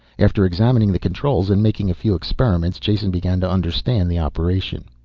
after examining the controls and making a few experiments, jason began to understand the operation.